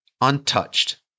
untouched